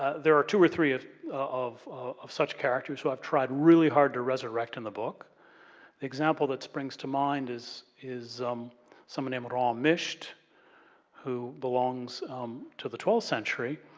there are two or three of of such characters who i've tried really hard to resurrect in the book. the example that springs to mind is is um someone named ra-misht who belongs to the twelfth century.